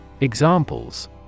Examples